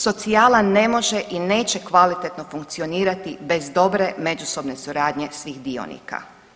Socijala ne može i neće kvalitetno funkcionirati bez dobre međusobne suradnje svih dionika.